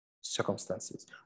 circumstances